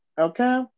Okay